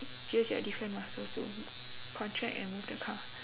use your different muscles to contract and move the car